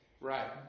Right